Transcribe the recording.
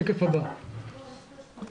בשקף הזה אתם רואים